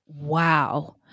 Wow